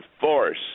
force